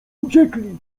uciekli